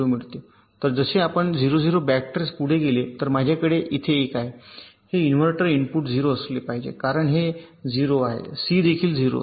तर जसे आपण 0 0 बॅक ट्रेस पुढे गेले तर माझ्याकडे येथे 1 आहे हे इन्व्हर्टर इनपुट 0 असले पाहिजे कारण हे 0 आहे सी देखील 0 असेल